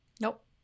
nope